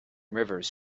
rivers